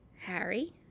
Harry